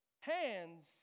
hands